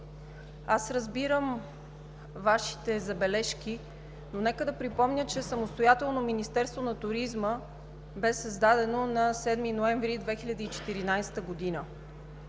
Разбирам Вашите забележки, но нека да припомня, че самостоятелно Министерство на туризма бе създадено на 7 ноември 2014 г.